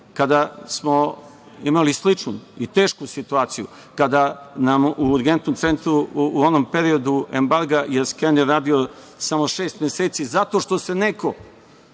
kada smo imali sličnu i tešku situaciju, kada nam u Urgentnom centru, u onom periodu embarga, jedan skener je radio samo šest meseci, zato što se neko